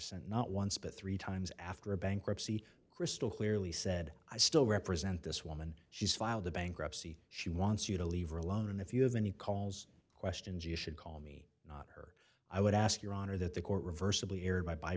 sent not once but three times after bankruptcy crystal clearly said i still represent this woman she's filed the bankruptcy she wants you to leave her alone and if you have any calls questions you should call me not her i would ask your honor that the court reversible error by b